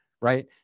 right